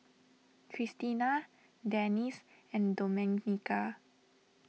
Christina Denis and Domenica